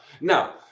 Now